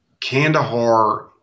Kandahar